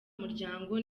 muryango